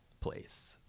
place